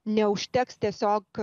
neužteks tiesiog